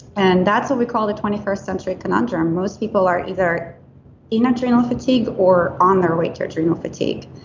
and that's what we call the twenty first century conundrum. most people are either in adrenal fatigue or on their way to adrenal fatigue